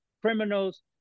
criminals